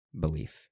belief